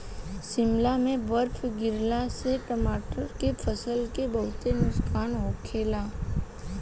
शिमला में बरफ गिरला से टमाटर के फसल के बहुते नुकसान होखेला